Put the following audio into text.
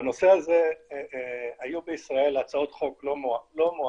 בנושא הזה היו בישראל הצעות חוק לא מועטות.